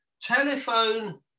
Telephone